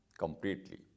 completely